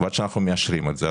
ועד שאנחנו מאשרים את זה.